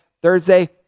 Thursday